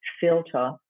filter